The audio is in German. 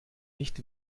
nicht